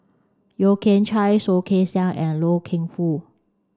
Yeo Kian Chai Soh Kay Siang and Loy Keng Foo